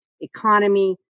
economy